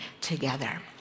together